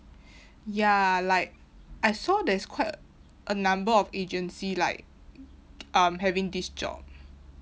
ya like I saw there's quite a number of agency like um having this job